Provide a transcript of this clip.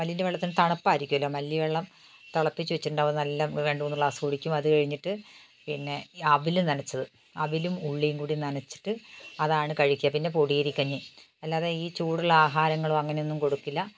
മല്ലീന്റെ വെള്ളത്തിനു തണുപ്പായിരിക്കുമല്ലോ മല്ലി വെള്ളം തിളപ്പിച്ചു വച്ചിട്ടുണ്ടാവും നല്ലം രണ്ട് മൂന്ന് ഗ്ലാസ്സ് കുടിക്കും അതു കഴിഞ്ഞിട്ട് പിന്നെ ഈ അവിൽ നനച്ചത് അവിലും ഉള്ളിയും കൂടി നനച്ചിട്ട് അതാണ് കഴിക്കുക പിന്നെ പൊടിയരിക്കഞ്ഞി അല്ലാതെ ഈ ചൂടുള്ള ആഹാരങ്ങളോ അങ്ങനെയൊന്നും കൊടുക്കില്ല